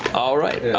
all right, yeah